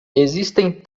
existem